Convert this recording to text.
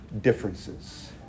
differences